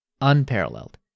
unparalleled